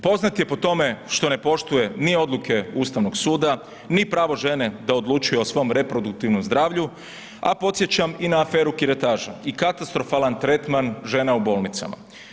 Poznat je po tome što ne poštuje ni odluke Ustavnog suda ni pravo žene da odlučuje o svom reproduktivnom zdravlju, a podsjećam i na aferu kiretaža i katastrofalan tretman žena u bolnicama.